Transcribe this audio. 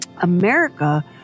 America